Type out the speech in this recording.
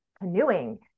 canoeing